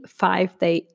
five-day